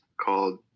called